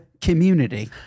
community